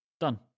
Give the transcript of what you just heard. Done